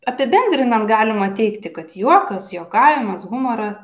apibendrinant galima teigti kad juokas juokavimas humoras